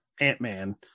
Ant-Man